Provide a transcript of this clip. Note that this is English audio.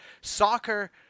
soccer